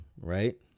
right